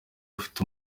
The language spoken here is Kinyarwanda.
ufite